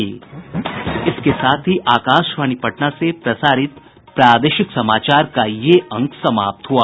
इसके साथ ही आकाशवाणी पटना से प्रसारित प्रादेशिक समाचार का ये अंक समाप्त हुआ